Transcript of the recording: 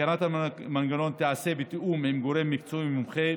התקנת המנגנון תיעשה בתיאום עם גורם מקצועי מומחה,